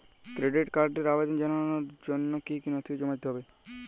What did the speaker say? Credit কার্ডের আবেদন জানানোর জন্য কী কী নথি জমা দিতে হবে?